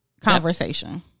conversation